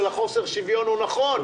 של חוסר שוויון הוא נכון,